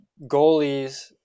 Goalies